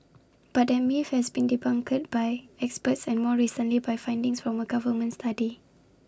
but that myth has been debunked by experts and more recently by findings from A government study